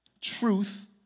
truth